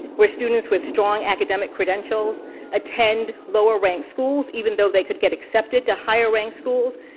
where students with strong academic credentials attend lower ranked schools even though they could get accepted to higher ranked schools,